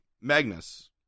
Magnus